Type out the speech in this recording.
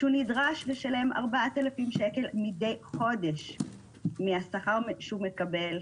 כשהוא נדרש לשלם 4,000 שקל מדי חודש מהשכר שהוא מקבל,